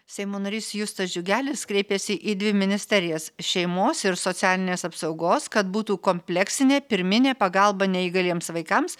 seimo narys justas džiugelis kreipėsi į dvi ministerijas šeimos ir socialinės apsaugos kad būtų kompleksinė pirminė pagalba neįgaliems vaikams